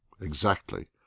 Exactly